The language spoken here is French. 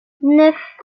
neuf